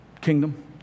kingdom